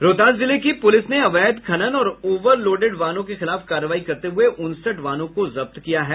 रोहतास जिले की पुलिस ने अवैध खनन और ओवर लोडेड वाहनों के खिलाफ कार्रवाई करते हुए उनसठ वाहनों को जब्त किया है